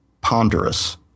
Ponderous